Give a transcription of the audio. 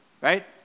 right